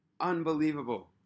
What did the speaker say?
unbelievable